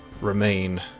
remain